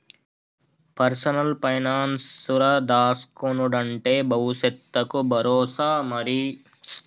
personal పైనాన్సుల దాస్కునుడంటే బవుసెత్తకు బరోసా మరి